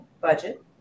budget